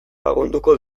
lagunduko